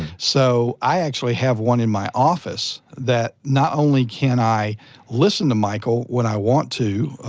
so i actually have one in my office that not only can i listen to michael when i want to,